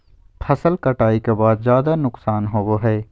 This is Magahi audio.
फसल कटाई के बाद ज्यादा नुकसान होबो हइ